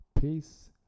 Peace